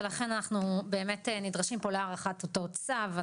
ולכן אנחנו באמת נדרשים פה להארכת אותו צו.